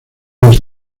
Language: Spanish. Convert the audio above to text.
los